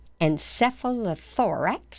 Encephalothorax